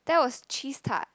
that was cheese tart